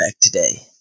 today